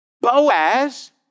Boaz